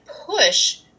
push